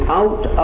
out